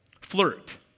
Flirt